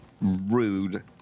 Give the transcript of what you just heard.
rude